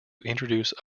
introduce